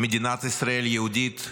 מדינת ישראל יהודית,